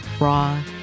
raw